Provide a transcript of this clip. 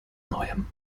neuem